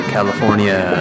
California